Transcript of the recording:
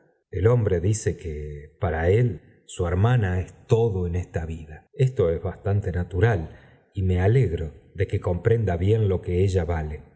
el hombre dice que para él su hermana es todo en esta vida esto es bastante natural y me alegro de que comprenda bien lo que ella vale